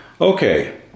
Okay